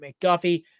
McDuffie